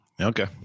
Okay